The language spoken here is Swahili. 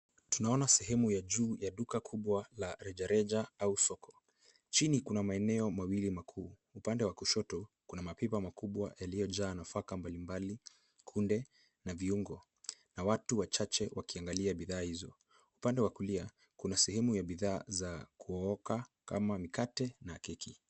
Tunaona sehemu ya juu ya duka kubwa la rejareja au soko . Chini kuna maeneo mawili makuu. Upande wa kushoto kuna mapipa makubwa yaliyojaa nafaka mbalimbali , kunde na viungo , na watu wachache wakiangalia bidhaa hizo . Upande wa kulia kuna sehemu ya bidhaa za kuoka kama mikate na keki.